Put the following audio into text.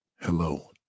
Hello